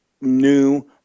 new